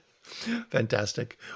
Fantastic